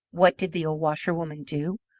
what did the old washerwoman do?